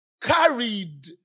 Carried